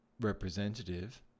representative